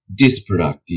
disproductive